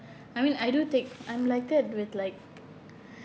I mean I do take I'm like that with like